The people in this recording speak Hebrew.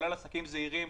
כולל עסקים זעירים,